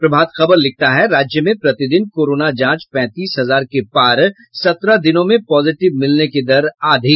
प्रभात खबर लिखता है राज्य में प्रतिदिन कोरोना जांच पैंतीस हजार के पार सत्रह दिनों में पॉजिटिव मिलने की दर आधी